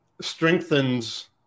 strengthens